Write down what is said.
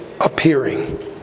appearing